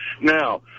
Now